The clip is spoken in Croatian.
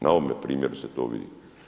Na ovome primjeru se to vidi.